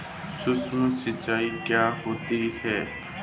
सुक्ष्म सिंचाई क्या होती है?